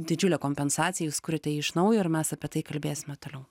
didžiulė kompensacija jūs kuriate jį iš naujo ir mes apie tai kalbėsime toliau